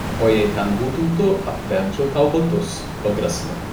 o jei ten būtum tu apvemčiau tau batus pagrasino